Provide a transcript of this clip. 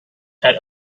that